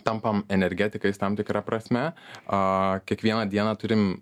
tampame energetikais tam tikra prasme kiekvieną dieną turime